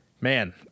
man